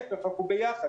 אלא אנחנו ביחד,